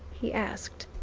he asked.